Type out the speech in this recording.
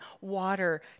water